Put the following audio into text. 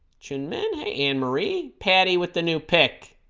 chin men and marie patti with the new pic